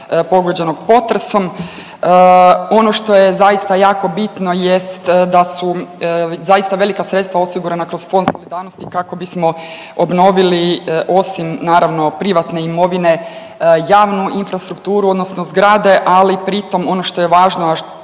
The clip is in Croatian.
pogođenog potresom. Ono što je zaista jako bitno jest da su zaista velika sredstva osigurana kroz Fond solidarnosti kako bismo obnovili osim naravno privatne imovine javnu infrastrukturu odnosno zgrade, ali pritom ono što važno